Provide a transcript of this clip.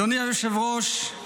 היושב-ראש,